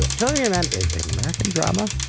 ah tell your man. is it an american drama?